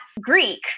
Greek